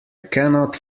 cannot